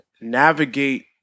navigate